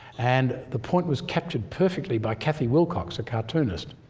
and the point was captured perfectly by cathy wilcox, a cartoonist.